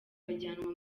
bajyanwa